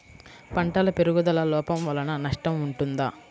పంటల పెరుగుదల లోపం వలన నష్టము ఉంటుందా?